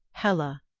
hela,